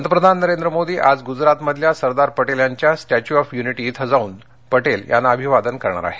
पंतप्रधान नरेंद्र मोदी आज गुजरातमधल्या सरदार पटेलांच्या स्टॅच्यु ऑफ युनिटी इथं जाऊन पटेल यांना अभिवादन करणार आहेत